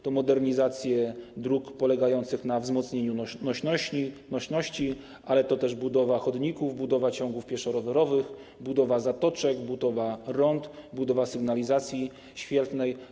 To modernizacje dróg polegające na wzmocnieniu nośności, ale to też budowa chodników, budowa ciągów pieszo-rowerowych, budowa zatoczek, budowa rond, budowa sygnalizacji świetlnej.